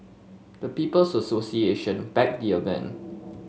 the People's Association backed the event